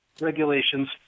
regulations